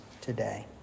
today